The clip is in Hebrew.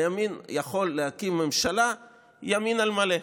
הימין יכול להקים ממשלת ימין על מלא.